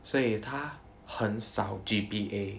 所以他很少 G_B_A